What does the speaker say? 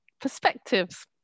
perspectives